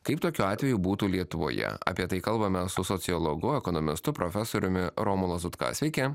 kaip tokiu atveju būtų lietuvoje apie tai kalbame su sociologu ekonomistu profesoriumi romu lazutka sveiki